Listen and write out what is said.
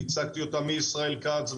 הצגתי אותה מול ישראל כץ,